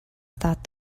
thought